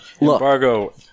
embargo